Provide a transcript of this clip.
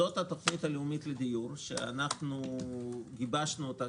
זאת התוכנית הלאומית לדיור שגיבשנו אותה,